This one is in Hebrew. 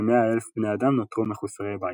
ו-100 אלף בני אדם נותרו מחוסרי בית.